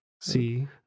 See